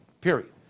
Period